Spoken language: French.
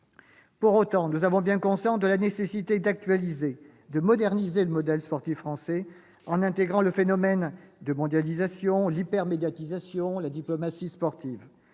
Pour autant, nous avons bien conscience de la nécessité d'actualiser, de moderniser le modèle sportif français en intégrant le phénomène de mondialisation, l'hyper-médiatisation, la diplomatie sportive.